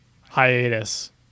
hiatus